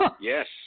Yes